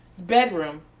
bedroom